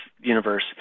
universe